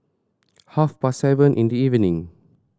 half past seven in the evening